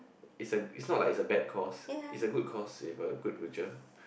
its a its not like a bad course its a good course with a good future